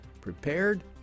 prepared